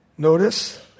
Notice